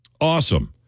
Awesome